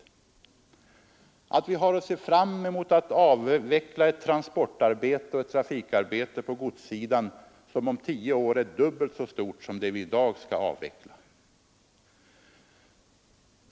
Jag har sagt att vi har att se fram emot ett trafikoch transportarbete på godssidan om tio år som är dubbelt så stort som det vi i dag skall avveckla.